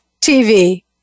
TV